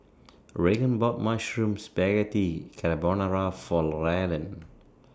Reagan bought Mushroom Spaghetti Carbonara For Rylan